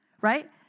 right